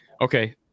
Okay